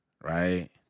right